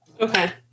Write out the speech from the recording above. okay